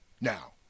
Now